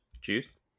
Juice